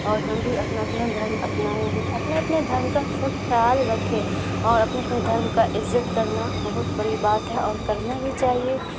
اور ہم بھی اپنا اپنا دھرم اپنائیں گے اپنے اپنے دھرم کا سب خیال رکھے اور اپنے اپنے دھرم کا عزت کرنا بہت بڑی بات ہے اور کرنا بھی چاہیے